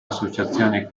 associazioni